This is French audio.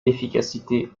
efficacité